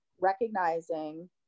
recognizing